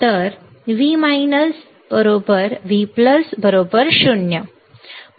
तर V V 0